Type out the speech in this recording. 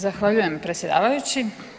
Zahvaljujem predsjedavajući.